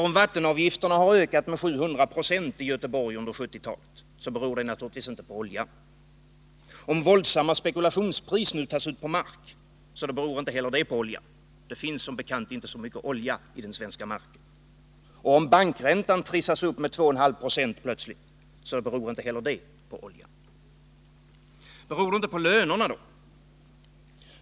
Om vattenavgifterna i Göteborg under 1970-talet har ökat med 700 96, beror det givetvis inte på oljan. Om våldsamma spekulationspriser nu tas ut på mark, beror inte heller det på oljan — det finns som bekant inte så mycket olja i den svenska marken. Om bankräntan plötsligt trissas upp med 2,5 Ze, beror inte heller det på oljan. Beror det då inte på lönerna?